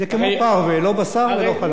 זה כמו פרווה, לא בשר ולא חלב.